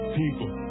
people